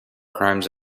crimes